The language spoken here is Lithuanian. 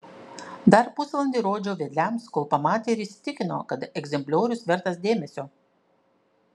dar pusvalandį rodžiau vedliams kol pamatė ir įsitikino kad egzempliorius vertas dėmesio